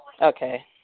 Okay